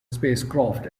spacecraft